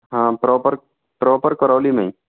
हाँ proper proper Karauli में ही